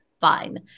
fine